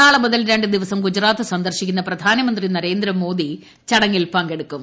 നാളെ മുതൽ ര ് ദിവസം ഗുജറാത്ത് സന്ദർശിക്കുന്ന പ്രധാനമന്ത്രി നരേന്ദ്രമോദി ചടങ്ങിൽ പങ്കെടുക്കും